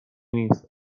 نیست